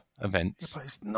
events